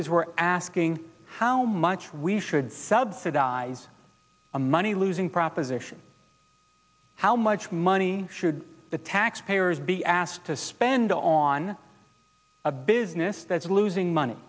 is we're asking how much we should subsidize a money losing proposition how much money should the taxpayers be asked to spend on a business that's losing money